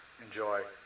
enjoy